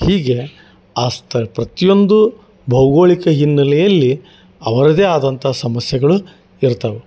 ಹೀಗೆ ಆ ಸ್ಥ ಪ್ರತಿಯೊಂದು ಭೌಗೋಳಿಕ ಹಿನ್ನೆಲೆಯಲ್ಲಿ ಅವರದ್ದೇ ಆದಂಥ ಸಮಸ್ಯೆಗಳು ಇರ್ತಾವ